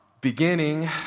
beginning